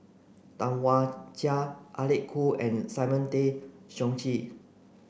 Tam Wai Jia Alec Kuok and Simon Tay Seong Chee